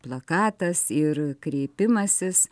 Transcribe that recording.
plakatas ir kreipimasis